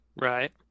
Right